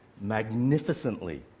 magnificently